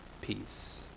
peace